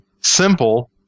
simple